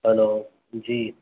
hello جی